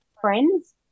friend's